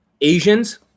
Asians